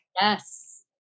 Yes